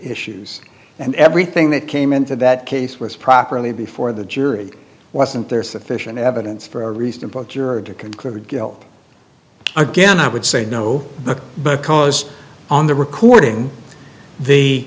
issues and everything that came into that case was properly before the jury wasn't there sufficient evidence for a reasonable juror to conclude guilt again i would say no because on the recording the